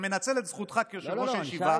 אתה מנצל את זכותך כיושב-ראש הישיבה,